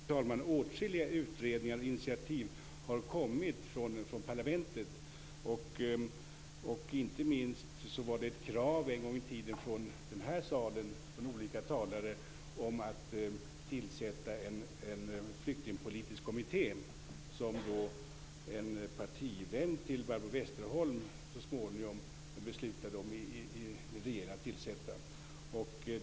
Fru talman! Åtskilliga utredningar och initiativ har kommit från parlamentet. Inte minst fanns det ett krav en gång i tiden från olika talare i den här salen om att tillsätta en flyktingpolitisk kommitté, vilket så småningom en partivän till Barbro Westerholm beslutade om att tillsätta.